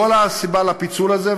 כל הסיבה לפיצול הזה,